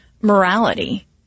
morality